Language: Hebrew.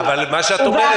מה זאת אומרת?